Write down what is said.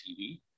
TV